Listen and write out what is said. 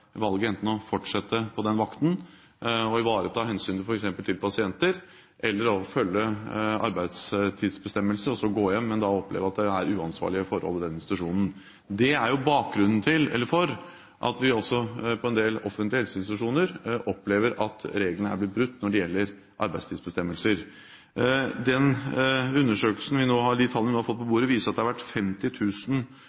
valget enten å fortsette på den vakten og ivareta hensynet f.eks. til pasienter, eller å følge arbeidstidsbestemmelser og så gå hjem – men da oppleve at det er uansvarlige forhold i den institusjonen. Det er jo bakgrunnen for at vi også på en del offentlige helseinstitusjoner opplever at reglene er blitt brutt når det gjelder arbeidstidsbestemmelser. De tallene vi nå har fått på